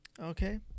Okay